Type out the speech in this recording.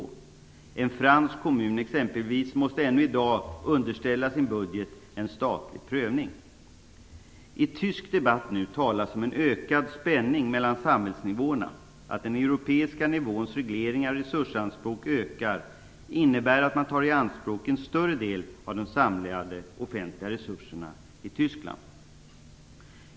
I en fransk kommun exempelvis måste ännu i dag budgeten underställas en statlig prövning. I tysk debatt talas det om en ökad spänning mellan samhällsnivåerna. Att den europeiska nivåns regleringar och resursanspråk ökar innebär att man tar i anspråk en större del av de samlade offentliga resurserna i Tyskland.